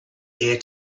air